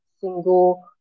single